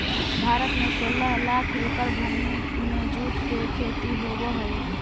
भारत में सोलह लाख एकड़ भूमि में जूट के खेती होवऽ हइ